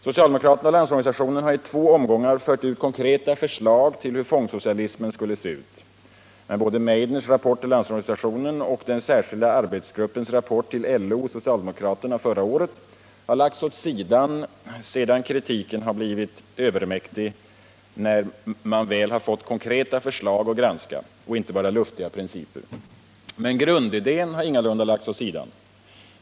Socialdemokraterna och LO har i två omgångar fört fram konkreta förslag till hur fondsocialismen skulle se ut. Men både Meidners rapport till Landsorganisationen och den särskilda arbetsgruppens rapport till LO och socialdemokraterna förra året har lagts åt sidan sedan kritiken blivit övermäktig när man väl fått konkreta förslag att granska och inte bara luftiga principer. Men grundidén har ingalunda lagts åt sidan.